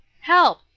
Help